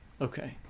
Okay